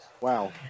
Wow